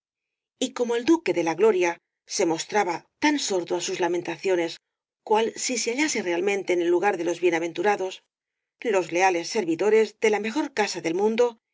y como el duque de la gloria se mostraba tan sordo á sus lamentaciones cual si se hallase realmente en el lugar de los bienaventurados los leales servidores de la mejor casa del mundo